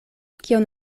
kion